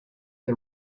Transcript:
the